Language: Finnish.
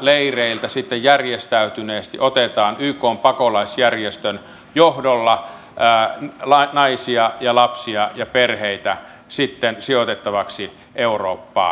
leireiltä sitten järjestäytyneesti otetaan ykn pakolaisjärjestön johdolla naisia lapsia ja perheitä sijoitettavaksi eurooppaan